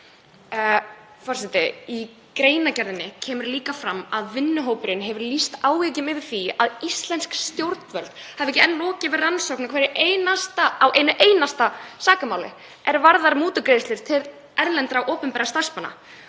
Forseti. Í greinargerðinni kemur líka fram að vinnuhópurinn hefur lýst áhyggjum yfir því að íslensk stjórnvöld hafi ekki enn lokið við rannsókn á einu einasta sakamáli er varðar mútugreiðslur til erlendra, opinberra starfsmanna.